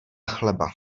chleba